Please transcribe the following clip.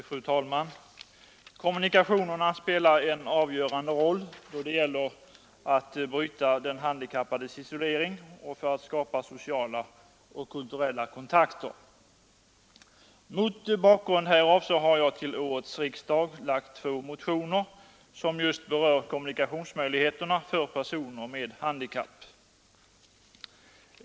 Fru talman! Kommunikationerna spelar en avgörande roll då det gäller att bryta den handikappades isolering och skapa sociala och kulturella kontakter. Mot bakgrund härav har jag till årets riksdag väckt två motioner som just berör kommunikationsmöjligheterna för personer med handikapp.